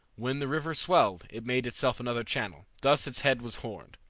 when the river swelled, it made itself another channel. thus its head was horned.